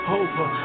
over